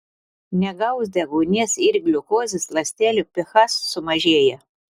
negavus deguonies ir gliukozės ląstelių ph sumažėja